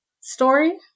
story